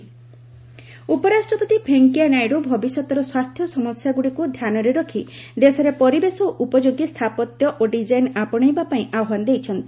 VP architecture ଉପରାଷ୍ଟ୍ରପତି ଭେଙ୍କିୟାନାଇଡୁ ଭବିଷ୍ୟତର ସ୍ୱାସ୍ଥ୍ୟ ସମସ୍ୟାଗୁଡ଼ିକୁ ଧ୍ୟାନରେ ରଖି ଦେଶରେ ପରିବେଶ ଉପଯୋଗୀ ସ୍ଥାପତ୍ୟ ଓ ଡିଜାଇନ୍ ଆପଣେଇବା ପାଇଁ ଆହ୍ୱାନ ଦେଇଛନ୍ତି